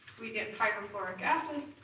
we get hydrochloric acid,